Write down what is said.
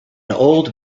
old